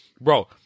bro